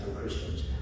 Christians